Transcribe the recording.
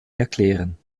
erklären